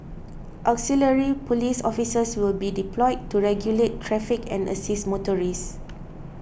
auxiliary police officers will be deployed to regulate traffic and assist motorists